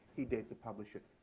he dared to publish it.